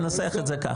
ננסח את זה כך.